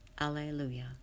Alleluia